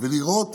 ולראות